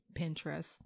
Pinterest